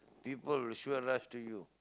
people will sure rush to you